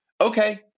okay